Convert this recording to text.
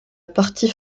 partie